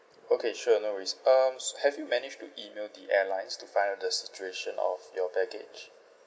okay sure no worries um so have you managed to email the airlines to find out the situation of your baggage